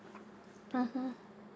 mmhmm